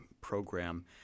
program